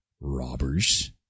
robbers